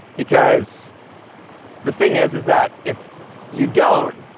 because the thing is is that if you don't,